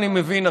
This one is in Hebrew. אני מבין,